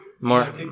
more